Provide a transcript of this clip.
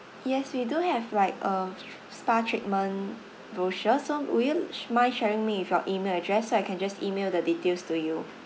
yes we do have like a spa treatment brochure so would you mind sharing me with your email address so I can just email the details to you